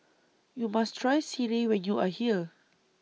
YOU must Try Sireh when YOU Are here